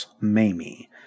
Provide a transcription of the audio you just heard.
Mamie